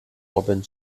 robin